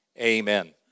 Amen